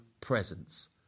presence